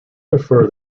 prefer